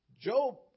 Job